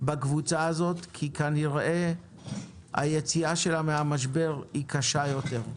בקבוצה הזאת כי כנראה היציאה שלה מן המשבר קשה יותר.